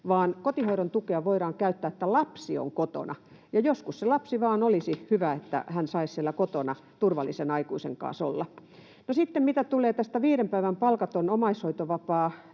kotihoidon tukea voidaan käyttää, että lapsi on kotona, ja joskus sille lapselle vain olisi hyvä, että hän saisi siellä kotona turvallisen aikuisen kanssa olla. No sitten, mitä tulee tästä viiden päivän palkattomasta omaishoitovapaasta,